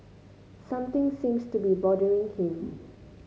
something seems to be bothering him